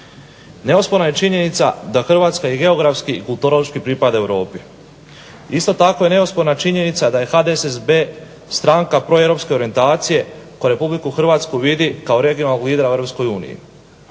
Neosporna je činjenica da Hrvatska geografski i kulturološki pripada Europi, isto tako neosporna je činjenica da je HDSSB stranka proeuropske orijentacije koja Republiku Hrvatsku vidi kao regionalnog lidera u Europskoj uniji.